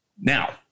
Now